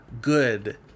good